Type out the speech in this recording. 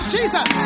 Jesus